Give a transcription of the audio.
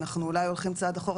אנחנו אולי הולכים צעד אחורה.